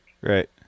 Right